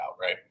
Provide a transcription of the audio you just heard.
right